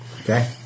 Okay